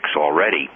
already